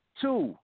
Two